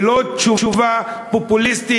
ולא תשובה פופוליסטית,